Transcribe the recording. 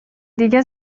دیگه